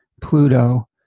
Pluto